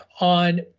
on